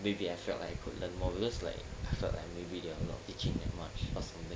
maybe I felt like I could learn more because like I felt like maybe they're not teaching that much or something